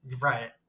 Right